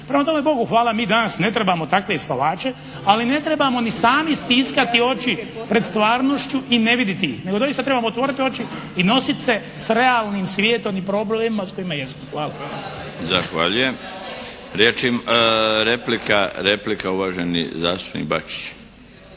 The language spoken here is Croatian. Prema tome Bogu hvala mi danas ne trebamo takve spavače, ali ne trebamo ni sami stiskati oči pred stvarnošću i ne vidjeti nego doista trebamo otvoriti oči i nosit se s realnim svijetom i problemima s kojima jesmo. Hvala. **Milinović, Darko (HDZ)** Zahvaljujem. Replika, uvaženi zastupnik Bačić.